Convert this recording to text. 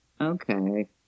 Okay